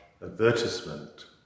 advertisement